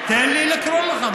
תן לי לקרוא לך.